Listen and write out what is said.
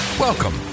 Welcome